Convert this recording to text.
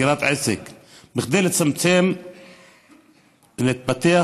כדי לצמוח ולהתפתח,